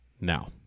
now